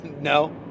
No